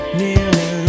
nearly